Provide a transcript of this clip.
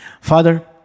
Father